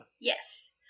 Yes